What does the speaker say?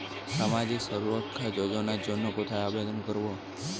সামাজিক সুরক্ষা যোজনার জন্য কোথায় আবেদন করব?